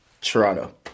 Toronto